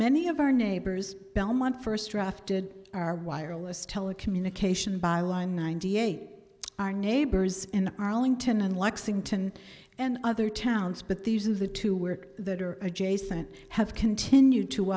many of our neighbors belmont first drafted our wireless telecommunication by line ninety eight our neighbors in arlington and lexington and other towns but the use of the two were that are adjacent have continued to